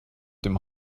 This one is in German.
den